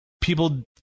people